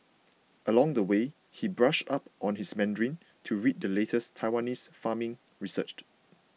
along the way he brushed up on his Mandarin to read the latest Taiwanese farming researched